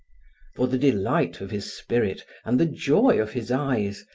for the delight of his spirit and the joy of his eyes,